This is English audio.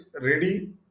ready